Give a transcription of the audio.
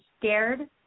scared